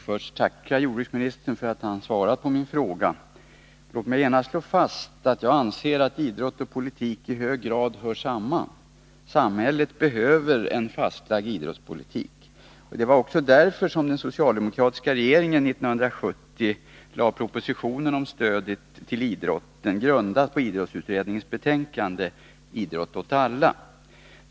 Herr talman! Jag vill först tacka jordbruksministern för att han svarat på min fråga. Låt mig genast slå fast att idrott och politik i hög grad hör samman. Nr 48 Samhället behöver en fastlagd idrottspolitik. Det var också därför som den Torsdagen den socialdemokratiska regeringen 1970 lade fram propositionen om stödet till 10 december 1981 idrotten grundat på idrottsutredningens betänkande Idrott åt alla.